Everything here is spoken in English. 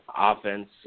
offense